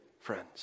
friends